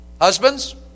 husbands